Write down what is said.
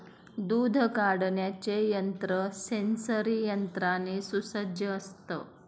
दूध काढण्याचे यंत्र सेंसरी यंत्राने सुसज्ज असतं